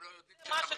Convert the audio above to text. זה מה שכתוב בפסק הדין.